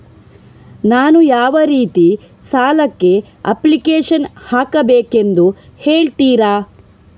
ನಾನು ಯಾವ ರೀತಿ ಸಾಲಕ್ಕೆ ಅಪ್ಲಿಕೇಶನ್ ಹಾಕಬೇಕೆಂದು ಹೇಳ್ತಿರಾ?